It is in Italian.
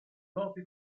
noti